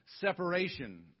separation